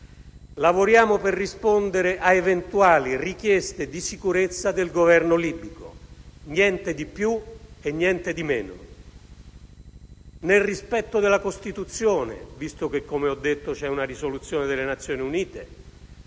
Lavoriamo per rispondere ad eventuali richieste di sicurezza del Governo libico, niente di più e niente di meno, nel rispetto della Costituzione visto che, come ho detto, c'è una risoluzione delle Nazioni Unite